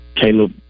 Caleb